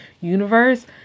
universe